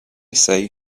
say